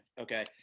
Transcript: okay